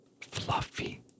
fluffy